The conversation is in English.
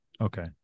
Okay